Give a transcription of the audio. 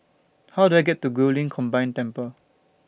How Do I get to Guilin Combined Temple